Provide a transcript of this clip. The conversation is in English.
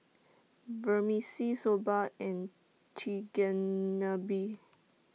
Vermicelli Soba and Chigenabe